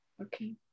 okay